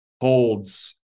holds